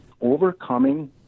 overcoming